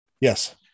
yes